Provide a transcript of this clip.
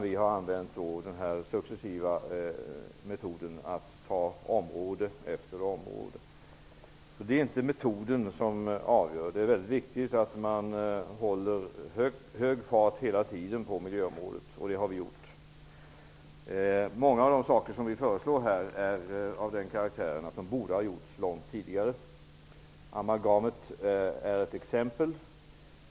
Vi har använt denna successiva metod och tagit område efter område. Det är inte metoden som avgör. Det är väldigt viktigt att man håller hög fart hela tiden på miljöområdet. Det har vi gjort. Många av de saker vi föreslår är av den karaktären att de borde ha gjorts långt tidigare. Amalgamet är ett exempel.